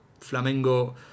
Flamengo